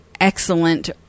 excellent